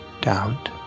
Doubt